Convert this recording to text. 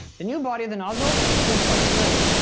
the new body of the nozzle seems quite sturdy.